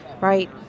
right